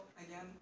again